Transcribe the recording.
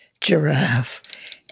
giraffe